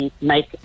make